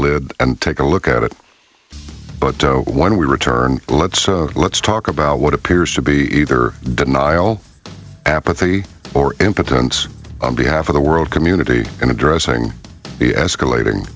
lid and take a look at it but when we return let's let's talk about what appears to be either denial apathy or impotence behalf of the world community in addressing the escalating